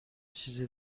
چیز